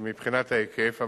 מבחינת ההיקף.